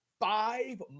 five